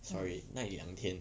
sorry 耐两天